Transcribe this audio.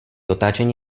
otáčení